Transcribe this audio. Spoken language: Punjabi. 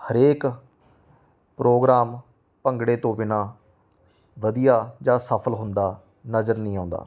ਹਰੇਕ ਪ੍ਰੋਗਰਾਮ ਭੰਗੜੇ ਤੋਂ ਬਿਨਾਂ ਵਧੀਆ ਜਾਂ ਸਫਲ ਹੁੰਦਾ ਨਜ਼ਰ ਨਹੀਂ ਆਉਂਦਾ